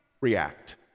react